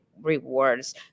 rewards